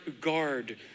guard